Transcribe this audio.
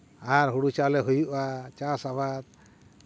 ᱟᱨ ᱦᱳᱲᱳ ᱪᱟᱣᱞᱮ ᱦᱩᱭᱩᱜᱼᱟ ᱪᱟᱥ ᱟᱵᱟᱫ